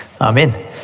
amen